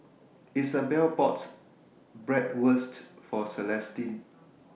Isabel bought Bratwurst For Celestine